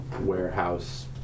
warehouse